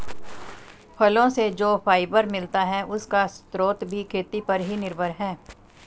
फलो से जो फाइबर मिलता है, उसका स्रोत भी खेती पर ही निर्भर है